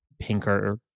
pinker